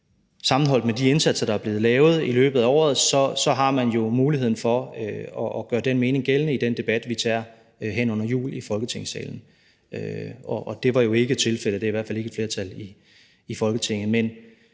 sammenholdt med de indsatser, der er blevet lavet i løbet af året, så har man muligheden for at gøre den mening gældende i den debat, vi tager hen under jul i Folketingssalen, og det var jo ikke tilfældet. Det er i hvert fald ikke et flertal i Folketinget.